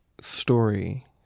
story